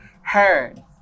heard